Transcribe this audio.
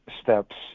steps